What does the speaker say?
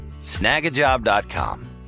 Snagajob.com